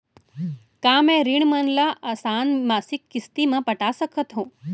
का मैं ऋण मन ल आसान मासिक किस्ती म पटा सकत हो?